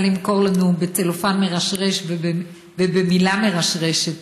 למכור לנו בצלופן מרשרש ובמילה מרשרשת,